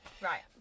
Right